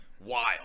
wild